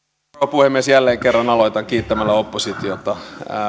puhemies jälleen kerran aloitan kiittämällä oppositiota